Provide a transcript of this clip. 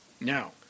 now